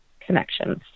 connections